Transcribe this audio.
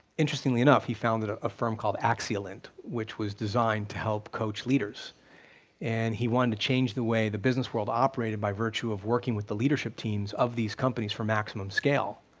interestingly enough, he founded a firm called axialent, which was designed to help coach leaders and he wanted to change the way the business world operated by virtue of working with the leadership teams of these companies for maximum scale,